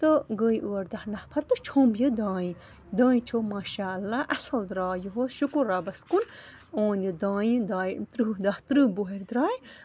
تہٕ گٔے ٲٹھ دَہ نَفر تہٕ چھۄمب یہِ دانہِ دانہِ چھومب ماشاء اللہ اصٕل درٛاے یِہُس شُکُر رۅبَس کُن اوٚن یہِ دانہِ دایہِ تٕرٛہ دَہ تٕرٛہ بۄہرِ درٛاے